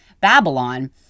Babylon